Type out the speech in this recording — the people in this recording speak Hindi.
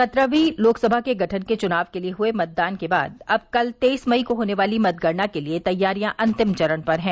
सत्रहवीं लोकसभा के गठन के चनाव के लिये हए मतदान के बाद अब कल तेईस मई को होने वाली मतगणना के लिये तैयारियां अंतिम चरण पर है